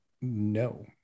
no